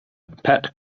pat